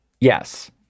Yes